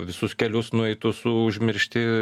visus kelius nueitus užmiršti